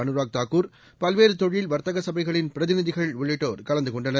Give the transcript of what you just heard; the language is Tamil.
அனுராக் தாக்கூர் பல்வேறு தொழில் வர்த்தக சபைகளின் பிரதிநிதிகள் உள்ளிட்டோர் கலந்து கொண்டனர்